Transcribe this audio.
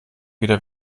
wieder